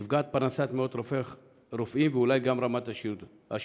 נפגעת פרנסת מאות רופאים, ואולי גם רמת השירות.